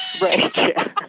Right